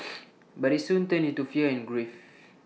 but IT soon turned into fear and grief